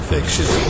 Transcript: Fiction